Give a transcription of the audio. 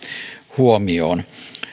huomioon